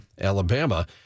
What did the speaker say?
Alabama